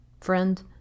Friend